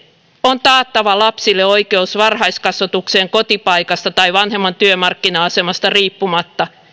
on taattava lapsille oikeus varhaiskasvatukseen kotipaikasta tai vanhemman työmarkkina asemasta riippumatta